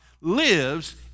lives